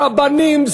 רבנים,